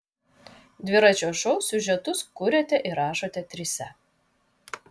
dviračio šou siužetus kuriate ir rašote trise